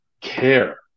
care